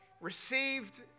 received